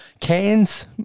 cans